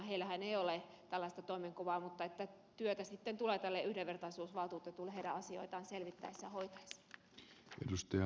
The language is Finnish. heillähän ei ole tällaista toimenkuvaa mutta työtä sitten tulee tälle yhdenvertaisuusvaltuutetulle heidän asioitaan selvitettäessä ja hoidettaessa